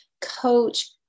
coach